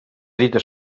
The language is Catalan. dita